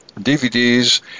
DVDs